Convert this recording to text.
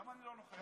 למה אני לא נוכח?